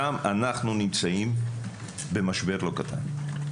שם אנחנו נמצאים במשבר לא קטן.